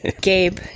Gabe